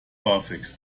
bafög